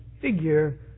figure